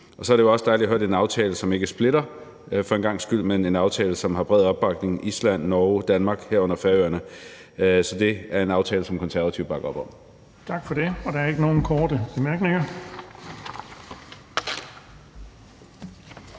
Så er det også dejligt at høre, at det er en aftale, som ikke splitter, for en gangs skyld, men en aftale, som har bred opbakning fra Island, Norge, Danmark og herunder Færøerne. Så det er en aftale, som Konservative bakker op om. Kl. 16:59 Den fg. formand (Erling